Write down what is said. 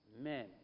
men